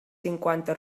cinquanta